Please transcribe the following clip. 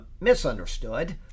misunderstood